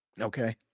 Okay